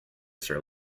sir